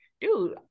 dude